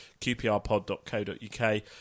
qprpod.co.uk